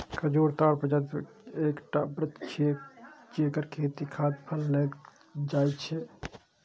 खजूर ताड़ प्रजातिक एकटा वृक्ष छियै, जेकर खेती खाद्य फल लेल कैल जाइ छै